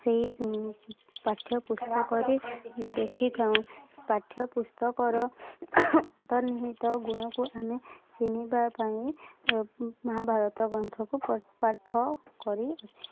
ସେଇ ପାଠ୍ୟପୁସ୍ତକରେ ଦେଖି ଥାଉ ପାଠ୍ୟପୁସ୍ତକର ଅର୍ନ୍ତନିହିତ ଗୁଣକୁ ଆମେ ଚିହ୍ନିବା ପାଇଁ ମହାଭାରତ ଗ୍ରନ୍ଥକୁ ପାଠ କରି ଅଛି